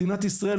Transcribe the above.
מדינת ישראל,